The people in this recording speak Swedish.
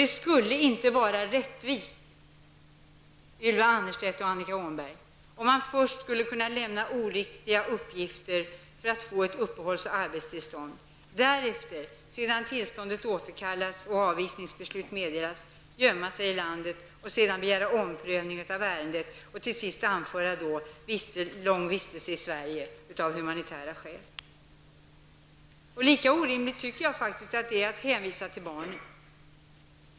Det skulle inte vara rättvist, Ylva Annerstedt och Annika Åhnberg, om man först skulle kunna lämna felaktiga uppgifter för att få ett uppehålls och arbetstillstånd och därefter, sedan tillståndet återkallats och avvisningsbeslut meddelas, kunna gömma sig i landet och begära omprövning av ärendet och till sist anföra lång vistelse som humanitärt skäl. Lika orimligt tycker jag faktiskt att det är att hänvisa till barn.